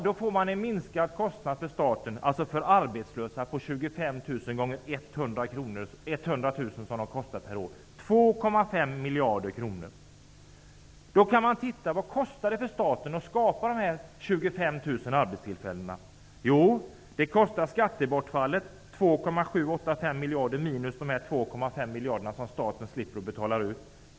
Då minskar statens kostnad för arbetslösa med 25 000 gånger arbetstillfällen? Jo, det kostar skattebortfallet på 2,785 miljarder minus de 2,5 miljarderna som staten slipper att betala ut.